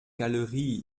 galerie